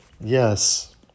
Yes